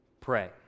pray